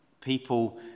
People